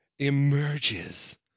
emerges